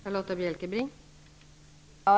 Fru talman!